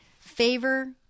favor